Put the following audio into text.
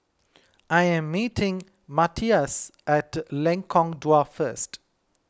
I am meeting Matias at Lengkong Dua first